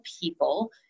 people